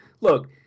Look